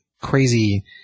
crazy